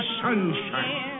sunshine